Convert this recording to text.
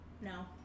No